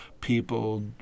people